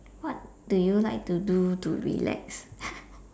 what do you like to do to relax